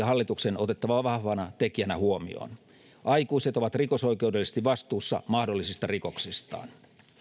hallituksen otettava vahvana tekijänä huomioon aikuiset ovat rikosoikeudellisesti vastuussa mahdollisista rikoksistaan